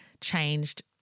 changed